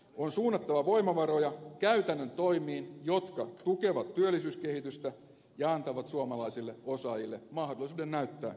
on suunnattava voimavaroja käytännön toimiin jotka tukevat työllisyyskehitystä ja antavat suomalaisille osaajille mahdollisuuden näyttää kykynsä